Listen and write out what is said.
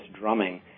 drumming